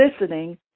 listening